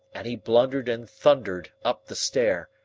and he blundered and thundered up the stair,